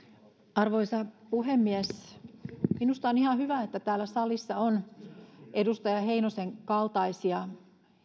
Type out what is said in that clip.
arvoisa puhemies minusta on ihan hyvä että täällä salissa on edustaja heinosen kaltaisia